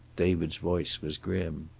david's voice was grim.